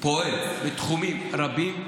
פועל בתחומים רבים,